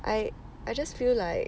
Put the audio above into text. I I just feel like